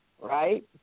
right